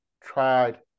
tried